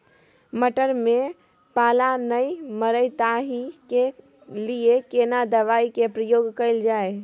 मटर में पाला नैय मरे ताहि के लिए केना दवाई के प्रयोग कैल जाए?